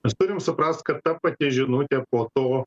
mes turime suprast kad ta pati žinutė po to